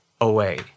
away